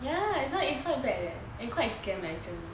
ya so it's quite bad eh and quite scam eh actually